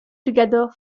together